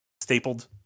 stapled